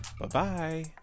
Bye-bye